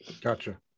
Gotcha